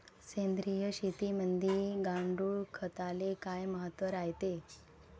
सेंद्रिय शेतीमंदी गांडूळखताले काय महत्त्व रायते?